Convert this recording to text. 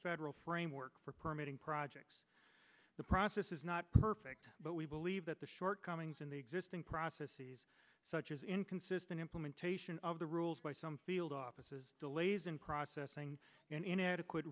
federal framework for permitting projects the process is not perfect but we believe that the shortcomings in the existing processes such as inconsistent implementation of the rules by some field offices delays in processing and inadequate